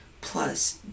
plus